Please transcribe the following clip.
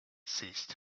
ceased